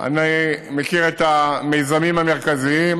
אני מכיר את המיזמים המרכזיים.